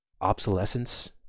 obsolescence